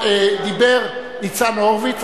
דיבר ניצן הורוביץ,